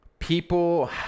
People